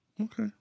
okay